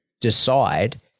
decide